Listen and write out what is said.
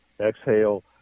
exhale